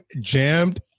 jammed